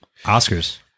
Oscars